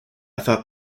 thought